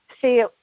see